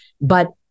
but-